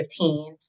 2015